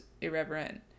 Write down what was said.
irreverent